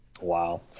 Wow